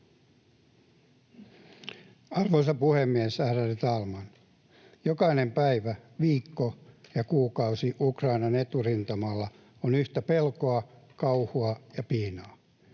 Arvoisa puhemies, ärade talman! Jokainen päivä, viikko ja kuukausi Ukrainan eturintamalla on yhtä pelkoa, kauhua ja piinaa.